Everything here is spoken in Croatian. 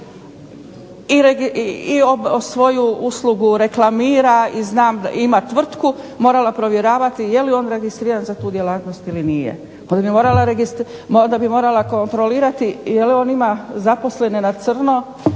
i svoju uslugu reklamira, ima tvrtku, morala provjeravati je li on registriran za tu djelatnost ili nije. Da bi morala kontrolirati je li on ima zaposlene na crno